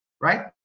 right